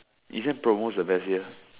isn't promos the best year